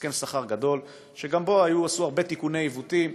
הסכם שכר גדול שבו עשו הרבה תיקוני עיוותים,